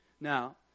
Now